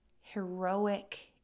heroic